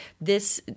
this-